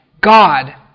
God